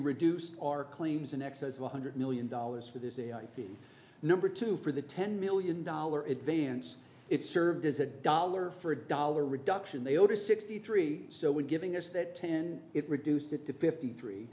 reduced our claims in excess of one hundred million dollars for this is the number two for the ten million dollar advance it served as a dollar for dollar reduction they order sixty three so we're giving us that ten it reduced it to fifty three